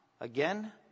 again